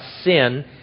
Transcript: sin